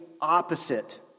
opposite